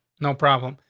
no problem.